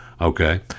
Okay